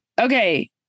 Okay